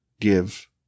give